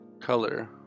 color